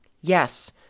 Yes